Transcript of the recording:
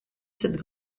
cette